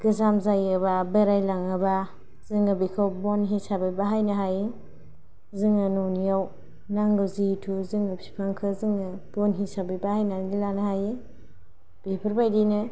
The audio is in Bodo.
गोजाम जायोबा बोरायलाङोबा जोङो बेखौ बन हिसाबै बाहायनो हायो जोङो न'नियाव नांगौ जिहेथु जोङो बिफांखौ जोङो बन हिसाबै बाहायनानै लानो हायो बेफोरबायदिनो